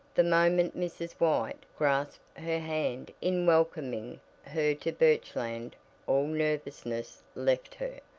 the moment mrs. white grasped her hand in welcoming her to birchland all nervousness left her,